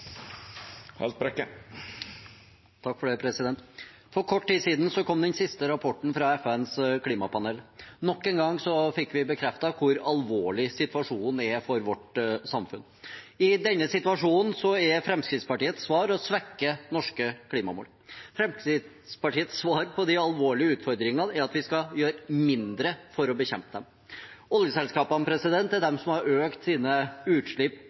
For kort tid siden kom den siste rapporten fra FNs klimapanel. Nok en gang fikk vi bekreftet hvor alvorlig situasjonen er for vårt samfunn. I denne situasjonen er Fremskrittspartiets svar å svekke norske klimamål. Fremskrittspartiets svar på de alvorlige utfordringene er at vi skal gjøre mindre for å bekjempe dem. Oljeselskapene er de som har økt sine utslipp